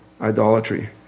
idolatry